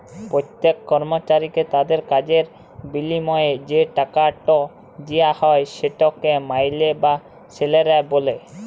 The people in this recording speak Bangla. প্যত্তেক কর্মচারীকে তাদের কাজের বিলিময়ে যে টাকাট দিয়া হ্যয় সেটকে মাইলে বা স্যালারি ব্যলে